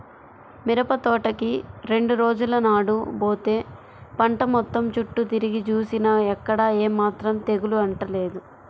మిరపతోటకి రెండు రోజుల నాడు బోతే పంట మొత్తం చుట్టూ తిరిగి జూసినా ఎక్కడా ఏమాత్రం తెగులు అంటలేదు